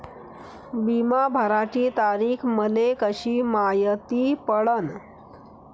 बिमा भराची तारीख मले कशी मायती पडन?